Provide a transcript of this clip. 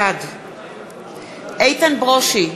בעד איתן ברושי,